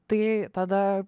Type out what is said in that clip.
tai tada